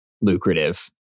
lucrative